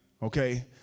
Okay